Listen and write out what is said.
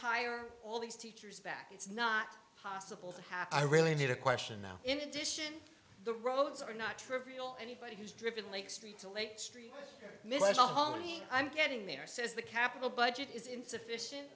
hire all these teachers back it's not possible to have i really need a question now in addition the roads are not trivial anybody who's driven like streets a lake stream militia hauling i'm getting there says the capital budget is insufficient